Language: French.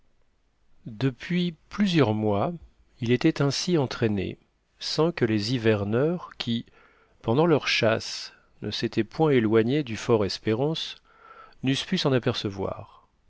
depuis plusieurs mois il était ainsi entraîné sans que les hiverneurs qui pendant leurs chasses ne s'étaient point éloignés du fort espérancefortespérance eussent pu s'en apercevoir